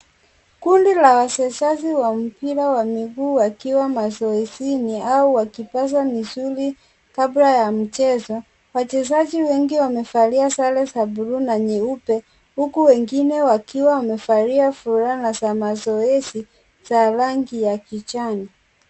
Kundi la wachezaji wa mpira wa miguu wakiwa mazoezini au wakipasa misuli, kabla ya mchezo, wachezaji wengi wamevalia sare za buluu na nyeupe, huku wengine wakiwa wamevalia fulana za mazoezini za rangi ya kijani .